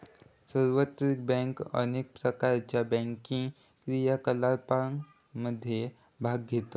सार्वत्रिक बँक अनेक प्रकारच्यो बँकिंग क्रियाकलापांमध्ये भाग घेतत